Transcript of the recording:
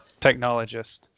technologist